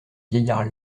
vieillard